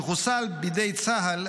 שחוסל בידי צה"ל,